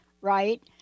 right